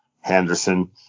Henderson